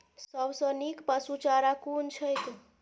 सबसँ नीक पशुचारा कुन छैक?